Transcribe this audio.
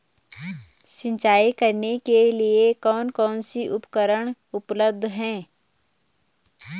सिंचाई करने के लिए कौन कौन से उपकरण उपलब्ध हैं?